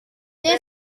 they